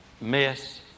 miss